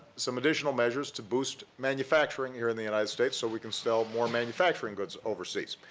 some additional measures to boost manufacturing here in the united states so we can sell more manufacturing goods overseas.